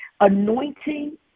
anointing